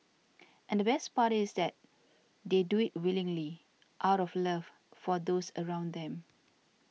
and the best part is that they do it willingly out of love for those around them